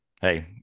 Hey